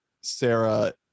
Sarah